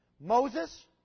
Moses